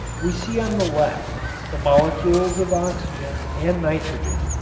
we see on the left the molecules of oxygen and nitrogen,